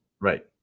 Right